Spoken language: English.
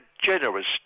generous